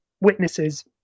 witnesses